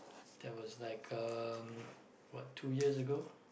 that was like um what two years ago